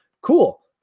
cool